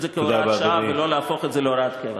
זה כהוראת שעה ולא להפוך את זה להוראת קבע.